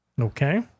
Okay